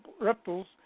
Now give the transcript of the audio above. reptiles